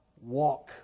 walk